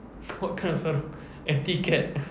what kind of sarung anti cat